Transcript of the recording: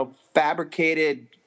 fabricated